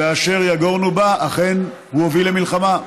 ואשר יגורנו בא, אכן הוא הוביל למלחמה.